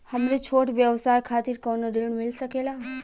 हमरे छोट व्यवसाय खातिर कौनो ऋण मिल सकेला?